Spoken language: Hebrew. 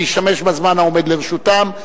להשתמש בזמן העומד לרשותם,